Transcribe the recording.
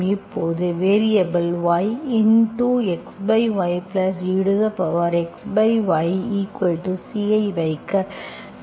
இப்போது வேரியபல்கள் yxyexyC ஐ வைக்க C க்கு சமம்